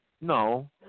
no